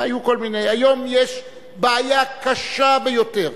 היום יש בעיה קשה ביותר,